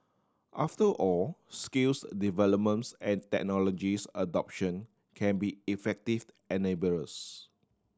after all skills developments and technologies adoption can be effective enablers